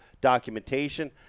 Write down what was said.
documentation